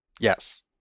yes